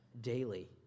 daily